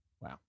Wow